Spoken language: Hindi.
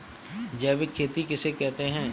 जैविक खेती किसे कहते हैं?